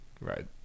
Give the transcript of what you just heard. right